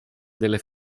delle